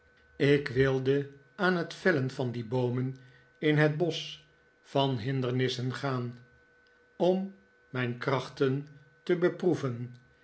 ik wilde aan het vellen van die boomen in het bosch van hindernissen gaan om mijn krachten te beproeven